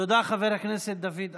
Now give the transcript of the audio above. תודה, חבר הכנסת דוד אמסלם.